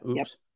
Oops